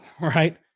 right